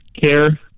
care